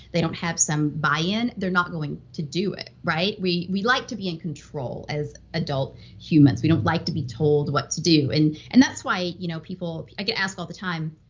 they don't have some buy in, they're not going to do it. right? we we like to be in control as adult humans, we don't like to be told what to do. and and that's why you know i get asked all the time,